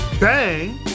Bang